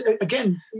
again